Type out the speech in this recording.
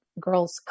girls